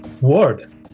word